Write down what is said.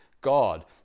God